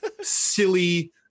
silly